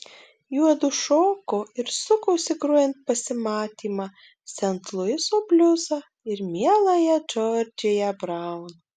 juodu šoko ir sukosi grojant pasimatymą sent luiso bliuzą ir mieląją džordžiją braun